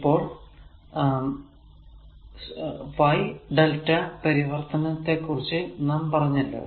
ഇപ്പോൾ Y lrmΔ പരിവർത്തനത്തെ കുറിച്ച് നാം പറഞ്ഞല്ലോ